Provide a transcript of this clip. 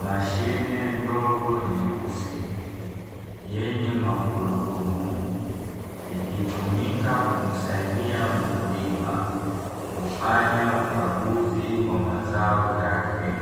Mashine ndogo nyeusi yenye magurudumu, ikitumika kumsaidia mkulima kufanya ukaguzi wa mazao yake,